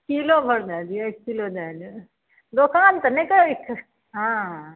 kilo भरि दए दियौ एक किलो दए दियौ दोकान तऽ नहि करै हँ